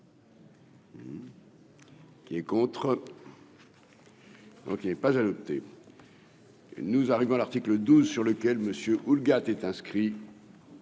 Qui est contre. Donc il y avait pas j'ai noté. Nous arrivons à l'article 12 sur lequel Monsieur Houlgate est inscrit.